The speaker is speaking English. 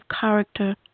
character